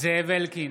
זאב אלקין,